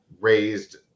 raised